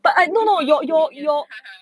why differing opinion